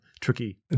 tricky